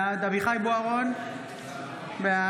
בעד אביחי אברהם בוארון,